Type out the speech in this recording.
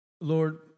Lord